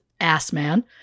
Assman